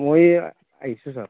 মই এই আহিছোঁ ছাৰ